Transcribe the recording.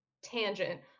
tangent